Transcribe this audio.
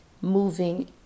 moving